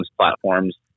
platforms